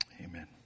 Amen